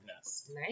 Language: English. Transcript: nice